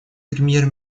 премьер